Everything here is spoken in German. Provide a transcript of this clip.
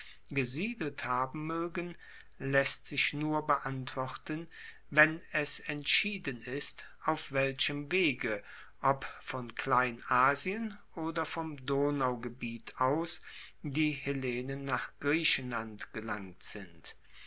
gesiedelt haben moegen laesst sich nur beantworten wenn es entschieden ist auf welchem wege ob von kleinasien oder vom donaugebiet aus die hellenen nach griechenland gelangt sind